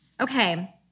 Okay